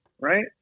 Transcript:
right